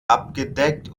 abgedeckt